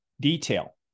detail